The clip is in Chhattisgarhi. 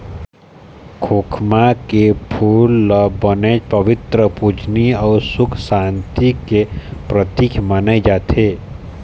खोखमा के फूल ल बनेच पबित्तर, पूजनीय अउ सुख सांति के परतिक माने जाथे